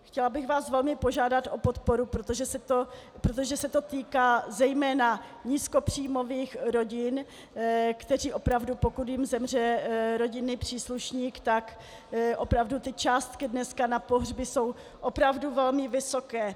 Chtěla bych vás velmi požádat o podporu, protože se to týká zejména nízkopříjmových rodin, které opravdu, pokud jim zemře rodinný příslušník, tak opravdu ty částky dneska na pohřby jsou opravdu velmi vysoké.